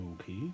Okay